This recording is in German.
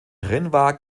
rennwagen